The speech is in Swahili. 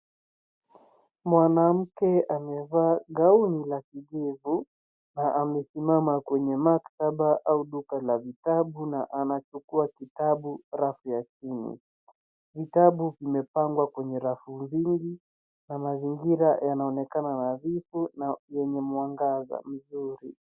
Mwanamke amevaa gauni la kijivu na amesimama kwenye maktaba au duka la vitabu na anachukua kitabu rafu ya chini . Vitabu vimepangwa kwenye rafu vingi na mazingira yanaonekana nadhifu na yenye mwangaza mzuri.